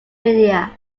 media